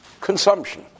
consumption